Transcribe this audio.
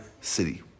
city